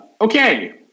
Okay